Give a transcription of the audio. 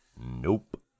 Nope